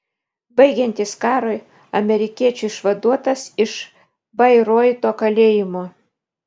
baigiantis karui amerikiečių išvaduotas iš bairoito kalėjimo